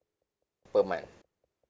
per month